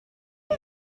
why